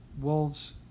Wolves